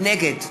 נגד